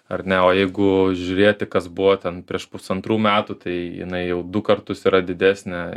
ar ne o jeigu žiūrėti kas buvo ten prieš pusantrų metų tai jinai jau du kartus yra didesnė